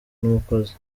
n’umukozi